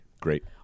Great